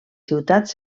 ciutats